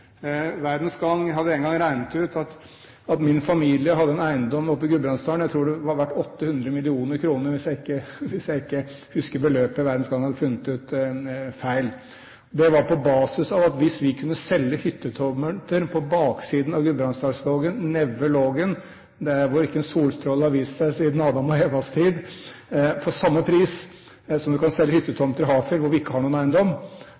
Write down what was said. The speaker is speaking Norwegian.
Verdens Gang har en gang regnet ut at en eiendom som min familie hadde oppe i Gudbrandsdalen, var verdt 800 mill. kr, hvis ikke jeg husker beløpet Verdens Gang hadde funnet ut, feil. Det var på basis av at hvis vi kunne selge hyttetomter på baksiden av Gudbrandsdalslågen, nede ved Lågen, der hvor ikke en solstråle har vist seg siden Adam og Evas tid, for samme pris som man kan selge hyttetomter i Hafjell, hvor vi ikke har noen eiendom,